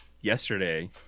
yesterday